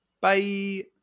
Bye